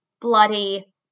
bloody